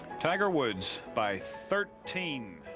tiger woods by thirteen.